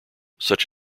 such